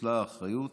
הוטלה האחריות